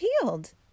healed